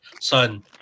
Son